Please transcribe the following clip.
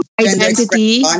identity